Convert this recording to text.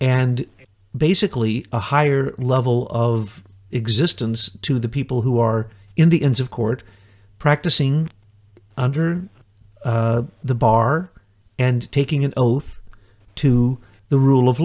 and basically a higher level of existence to the people who are in the ends of court practicing under the bar and taking an oath to the rule of